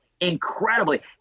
incredibly